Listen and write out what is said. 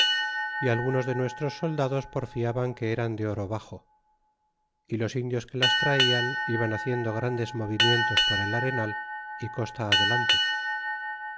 y algunos de nuestros soldados porfiaban que eran de oro baxo y los indios que las traian iban haciendo grandes movimientos por el arenal y costa adelante